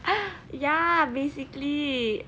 ya basically